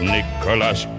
Nicholas